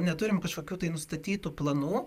neturim kažkokių tai nustatytų planų